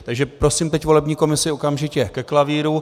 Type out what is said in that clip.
Takže prosím teď volební komisi okamžitě ke klavíru.